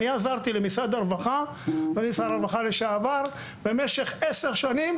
אני עזרתי למשרד הרווחה ולשר הרווחה לשעבר במשך עשר שנים,